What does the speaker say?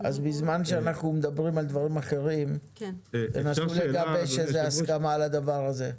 בזמן שאנחנו מדברים על דברים אחרים תנסו לגבש איזו הסכמה על הדבר הזה.